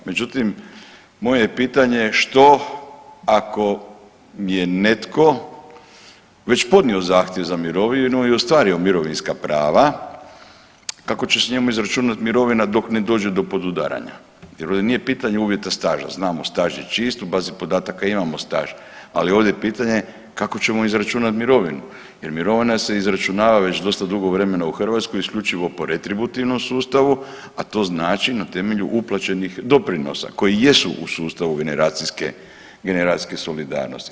Međutim, moje je pitanje što ako je netko već podnio zahtjev za mirovinu i ostvario mirovinska prava, kako će se njemu izračunat mirovina dok ne dođe do podudaranja jer ovdje nije pitanje uvjeta staža, znamo staž je čist, u bazi podataka imamo staž, ali ovdje je pitanje kako ćemo izračunat mirovinu jer mirovina se izračunava već dosta dugo vremena u Hrvatskoj isključivo po retributivnom sustavu, a to znači na temelju uplaćenih doprinosa koji jesu u sustavu generacijske, generacijske solidarnosti.